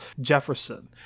Jefferson